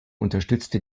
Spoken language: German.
unterstützte